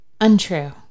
Untrue